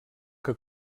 que